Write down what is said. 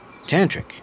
tantric